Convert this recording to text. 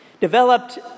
developed